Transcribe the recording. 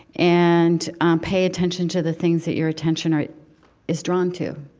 and um pay attention to the things that your attention is drawn to.